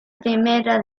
primera